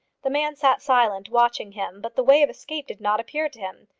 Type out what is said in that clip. the man sat silent, watching him, but the way of escape did not appear to him.